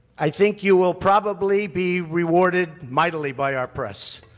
i think you will probably be rewarded mightily by our press.